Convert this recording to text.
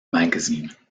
magazine